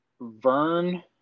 Vern